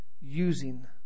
using